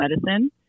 medicine